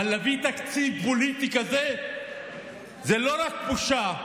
אבל להביא תקציב פוליטי כזה זו לא רק בושה,